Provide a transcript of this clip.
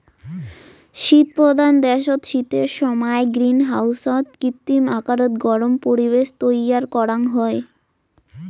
শীতপ্রধান দ্যাশত শীতের সমায় গ্রীনহাউসত কৃত্রিম আকারত গরম পরিবেশ তৈয়ার করাং হই